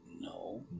no